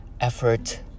effort